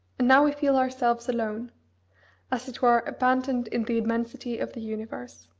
and now we feel ourselves alone as it were abandoned in the immensity of the universe.